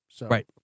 Right